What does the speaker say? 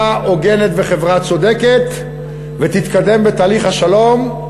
הוגנת וחברה צודקת ותתקדם בתהליך השלום.